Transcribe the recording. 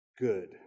Good